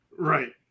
Right